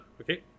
okay